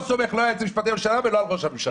אני לא סומך לא על היועץ המשפטי לממשלה ולא על ראש הממשלה.